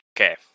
okay